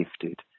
gifted